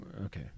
Okay